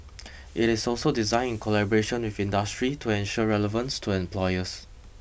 it is also designed in collaboration with industry to ensure relevance to employers